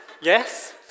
Yes